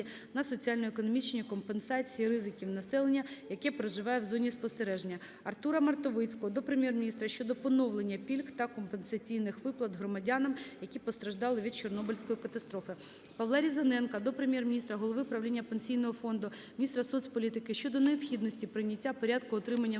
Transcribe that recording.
на соціально-економічні компенсації ризиків населення, яке проживає в зоні спостереження. Артура Мартовицького до Прем'єр-міністра України щодо поновлення пільг та компенсаційних виплат громадянам, які постраждали від Чорнобильської катастрофи. Павла Різаненка до Прем'єр-міністра України, голови правління Пенсійного фонду України, міністра соціальної політики України щодо необхідності прийняття "Порядку отримання внутрішньо